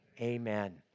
Amen